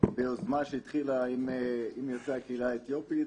ביוזמה שהתחילה עם יוצאי הקהילה האתיופית